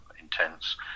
intense